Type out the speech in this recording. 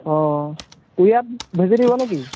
অ ইয়াত নিজে দিবনে কি